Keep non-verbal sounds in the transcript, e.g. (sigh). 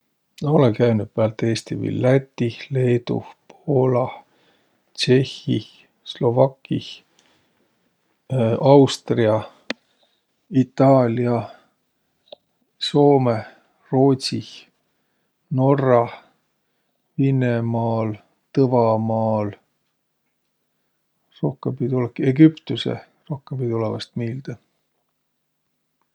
Ma olõ käünüq päält Eesti viil Lätih, Leeduh, Poolah, Tsehhih, Slovakih, (hesitation) Austriah, Itaaliah, Soomõh, Roodsih, Norrah, Vinnemaal, Tõvamaal. Rohkõmb ei tulõki, Egüptüseh, rohkõmb ei tulõq vaest miilde.